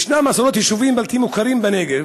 יש עשרות יישובים בלתי מוכרים בנגב,